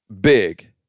big